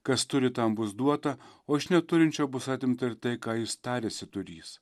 kas turi tam bus duota o iš neturinčio bus atimta ir tai ką jis tarėsi turys